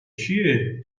چیه